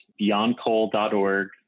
beyondcoal.org